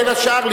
בין השאר,